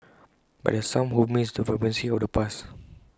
but there are some who miss the vibrancy of the past